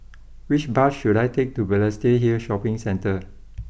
which bus should I take to Balestier Hill Shopping Centre